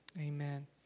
Amen